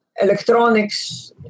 electronics